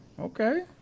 Okay